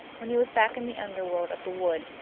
when he was back in the underworld of the wood,